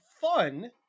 fun